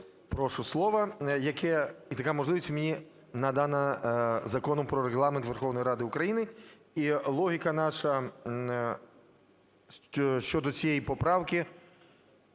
Прошу слова, і така можливість мені надана Законом "Про Регламент Верховної Ради України". І логіка наша щодо цієї поправки,